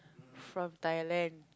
from Thailand